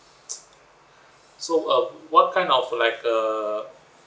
so um what kind of like uh